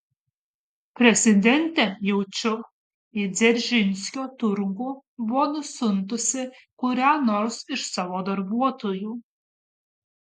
prezidentė jaučiu į dzeržinskio turgų buvo nusiuntusi kurią nors iš savo darbuotojų